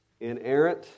inerrant